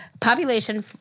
population